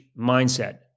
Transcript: mindset